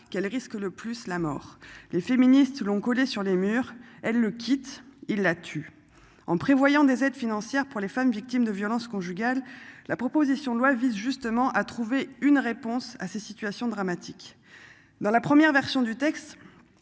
qu'elle risque le plus la mort les féministes long collés sur les murs, elle le quitte, il la tue en prévoyant des aides financières pour les femmes victimes de violences conjugales. La proposition de loi vise justement à trouver une réponse à ces situations dramatiques. Dans la première version du texte.